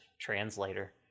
translator